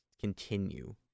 continue